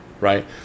right